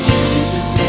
Jesus